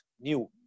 new